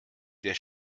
der